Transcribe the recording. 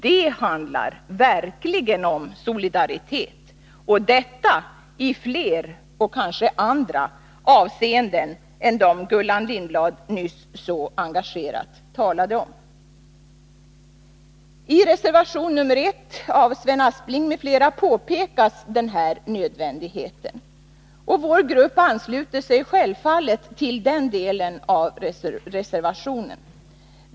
Det handlar verkligen om solidaritet — och detta i fler och kanske andra avseenden än de som Gullan Lindblad nyss så engagerat talade om. I reservation 1 av Sven Aspling m.fl. pekar man på denna nödvändighet. Vår grupp ansluter sig självfallet till den delen av reservationen.